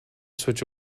switch